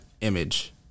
image